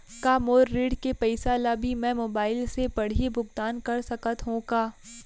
का मोर ऋण के पइसा ल भी मैं मोबाइल से पड़ही भुगतान कर सकत हो का?